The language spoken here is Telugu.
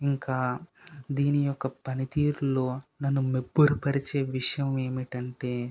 ఇంకా దీన్ని యొక్క పనితీరులో నను మొబ్బురపరిచే విషయం ఏమిటంటే